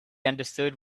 understood